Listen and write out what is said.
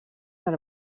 del